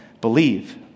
believe